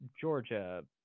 Georgia